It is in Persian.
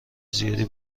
زیادی